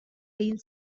egin